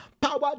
Power